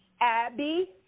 Abby